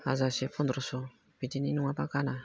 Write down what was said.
हाजारसे फन्द्रस' बिदिनि नङाब्ला गाना